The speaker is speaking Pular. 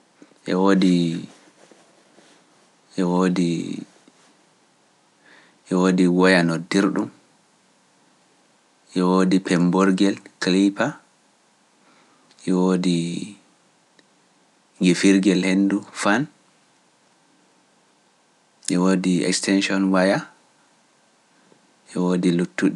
E woodi woya noddirdu, e woodi pemborgel kaliipa, e woodi ngefirgel henndu fan, e woodi extension mbaya, e woodi luttu ɗi.